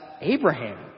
Abraham